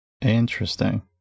Interesting